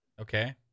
Okay